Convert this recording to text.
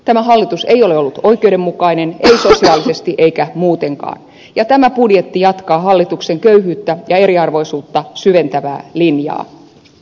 tämä hallitus ei ole ollut oikeudenmukainen ei sosiaalisesti eikä muutenkaan ja tämä budjetti jatkaa hallituksen köyhyyttä ja eriarvoisuutta syventävää linjaa